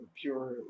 pure